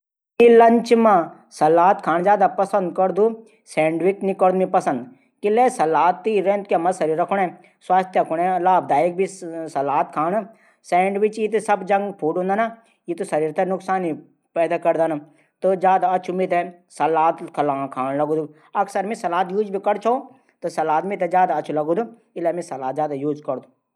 मि नाश्ता मा नमकीन लिणू पंसद करदू। नमकीन शरीर थै नुकसान नी पहुंचादू।